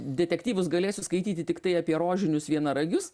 detektyvus galėsiu skaityti tiktai apie rožinius vienaragius